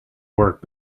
work